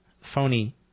phony